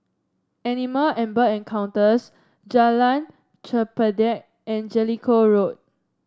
Animal and Bird Encounters Jalan Chempedak and Jellicoe Road